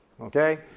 Okay